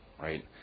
right